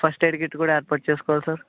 first aid kit కూడా ఏర్పాటు చేసుకోవాలి సార్